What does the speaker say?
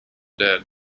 dead